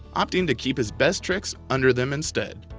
opting to keep his best tricks under them instead.